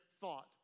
thought